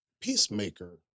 Peacemaker